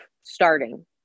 starting